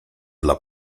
dla